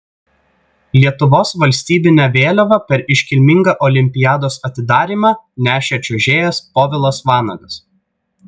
lietuvos valstybinę vėliavą per iškilmingą olimpiados atidarymą nešė čiuožėjas povilas vanagas